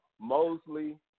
Mosley